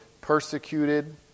persecuted